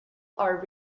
our